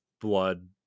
blood